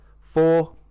Four